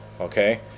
Okay